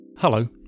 Hello